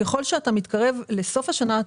ככל שאתה מתקרב לסוף השנה,